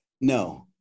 no